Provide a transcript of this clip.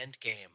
Endgame